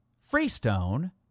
freestone